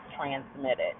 transmitted